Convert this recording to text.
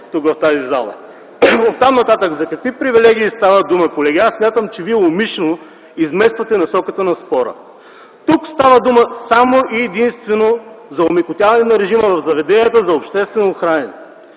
съвсем сериозно. Оттам нататък за какви привилегии става дума? Колеги, смятам, че вие умишленото измествате насоката на спора. Тук става дума единствено и само за омекотяване на режима в заведенията за обществено хранене.